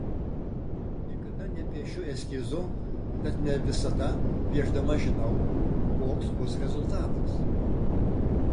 niekada nepiešiu eskizo tad ne visada piešdama žinau koks bus rezultatas